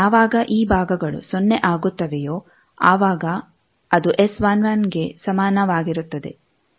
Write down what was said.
ಯಾವಾಗ ಈ ಭಾಗಗಳು ಸೊನ್ನೆ ಆಗುತ್ತವೆಯೋ ಆವಾಗ ಅದು S11 ಗೆ ಸಮಾನವಾಗಿರುತ್ತದೆ